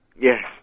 Yes